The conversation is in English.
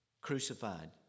Crucified